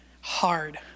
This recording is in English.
hard